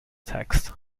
text